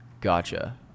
Gotcha